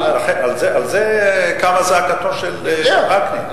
על זה קמה זעקתו של וקנין,